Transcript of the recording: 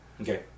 Okay